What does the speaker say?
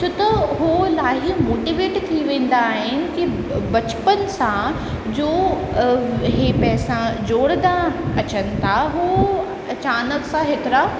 छो त उहो इलाही मोटिवेट थी वेंदा आहिनि कि बचपन सां जो इहे पैसा जोड़ंदा अचनि था इहो अचानकि सां हेतिरा